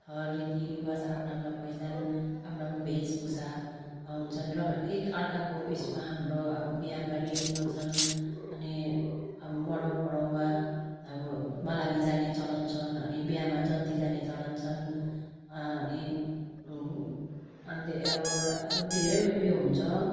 हर रीतिरिवाज आफ्नो आफ्नो पहिचान आफ्नो आफ्नो वेशभूषा हुन्छन् र एक अर्काको उयोसमा हाम्रो अब बिहाबारी चल्छन् अनि अब मरौपरौमा अब मलामी जाने चलन छन् अनि बिहामा जन्ती जाने चलन छन् अनि अन्त अब धेरै उयो हुन्छ